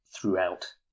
throughout